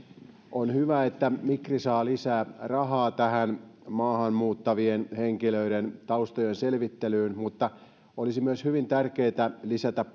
on hyvä että migri saa lisää rahaa maahan muuttavien henkilöiden taustojen selvittelyyn mutta olisi myös hyvin tärkeätä lisätä